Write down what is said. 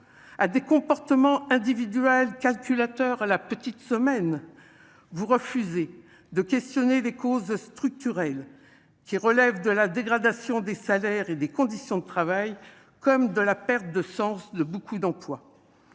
à des comportements individuels calculateur la petite semaine, vous refusez de questionner les causes structurelles qui relèvent de la dégradation des salaires et des conditions de travail comme de la perte de sens de beaucoup d'emplois,